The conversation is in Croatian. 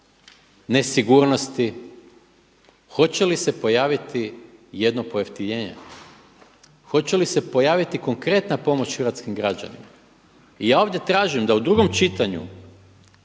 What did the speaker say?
nesigurnosti. Hoće li se pojaviti jedno pojeftinjenje? Hoće li se pojaviti konkretna pomoć hrvatskim građanima? I ja ovdje tražim da u drugom čitanju